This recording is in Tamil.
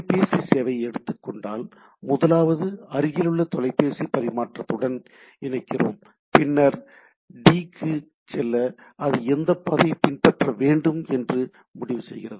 தொலைபேசி சேவையை எடுத்துக்கொண்டால் முதலாவது அருகிலுள்ள தொலைபேசி பரிமாற்றத்துடன் இணைக்கிறோம் பின்னர் டி க்கு செல்ல அது எந்த பாதையை பின்பற்ற வேண்டும் என்று முடிவு செய்கிறது